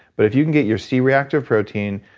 but if you can get your c-reactive protein,